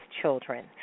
children